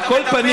על כל פנים,